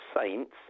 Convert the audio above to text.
saints